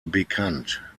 bekannt